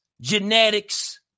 genetics